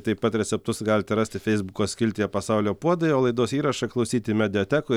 taip pat receptus galite rasti feisbuko skiltyje pasaulio puodai o laidos įrašą klausyti mediatekoj